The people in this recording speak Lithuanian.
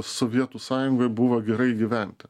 sovietų sąjungoj buvo gerai gyvent